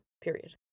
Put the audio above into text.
period